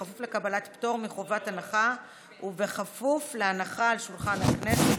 בכפוף לקבלת פטור מחובת הנחה ובכפוף להנחה על שולחן הכנסת,